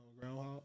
Groundhog